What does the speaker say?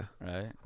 Right